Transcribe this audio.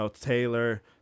Taylor